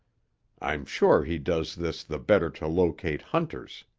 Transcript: i'm sure he does this the better to locate hunters.